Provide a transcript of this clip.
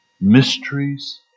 mysteries